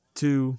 two